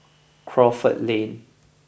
Crawford Lane